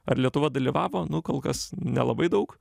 ar lietuva dalyvavo nu kol kas nelabai daug